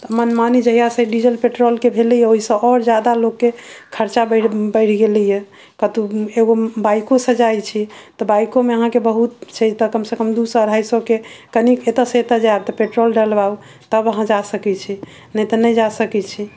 तऽ मनमानी जहिया सऽ डीजल पेट्रोल के भेलैया ओहि सऽ आओर जादा लोगके खर्चा बढि गेलैया कतौ एगो बाइको सऽ जाइ छी तऽ बाइको मे अहाँके बहुत छै कम सऽ कम दू सए अढाई सए के कनी एतऽ से एतऽ जाएब तऽ पेट्रोल डलबाउ तब अहाँ जा सकै छी नहि तऽ नहि जा सकै छी